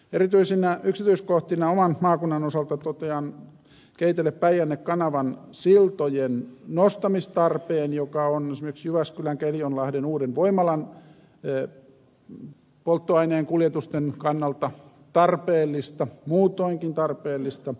erityisinä yksityiskohtina oman maakunnan osalta totean keitelepäijänne kanavan siltojen nostamistarpeen joka on esimerkiksi jyväskylän keljonlahden uuden voimalan polttoaineen kuljetusten kannalta tarpeellista ja muutoinkin tarpeellista